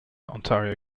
ontario